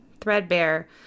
Threadbare